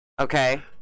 Okay